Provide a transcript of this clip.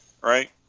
Right